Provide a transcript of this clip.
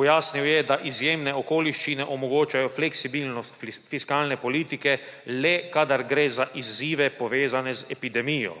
Pojasnil je, da izjemne okoliščine omogočajo fleksibilnost fiskalne politike le, kadar gre za izzive, povezane z epidemijo.